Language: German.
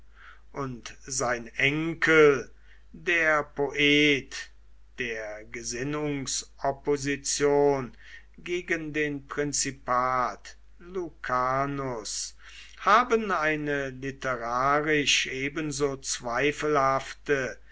und sein enkel der poet der gesinnungsopposition gegen den prinzipat lucanus haben eine literarisch ebenso zweifelhafte